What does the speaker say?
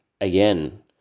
again